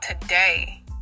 today